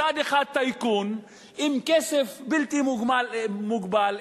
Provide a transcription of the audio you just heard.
מצד אחד טייקון עם כסף בלתי מוגבל,